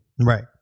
Right